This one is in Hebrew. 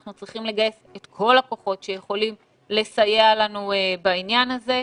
אנחנו צריכים לגייס את כל הכוחות שיכולים לסייע לנו בעניין הזה.